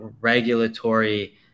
regulatory